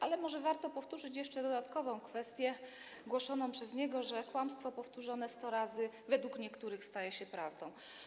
Ale może warto powtórzyć jeszcze dodatkową kwestię głoszoną przez niego, że kłamstwo powtórzone 100 razy według niektórych staje się prawdą.